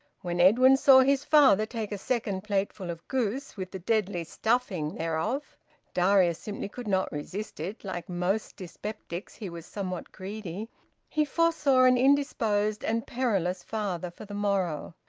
when edwin saw his father take a second plateful of goose, with the deadly stuffing thereof darius simply could not resist it, like most dyspeptics he was somewhat greedy he foresaw an indisposed and perilous father for the morrow.